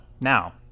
now